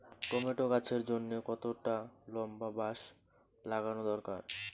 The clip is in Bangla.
টমেটো গাছের জন্যে কতটা লম্বা বাস লাগানো দরকার?